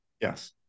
Yes